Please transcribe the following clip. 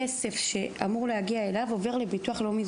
הכסף שאמור להגיע אליו עובר לביטוח לאומי.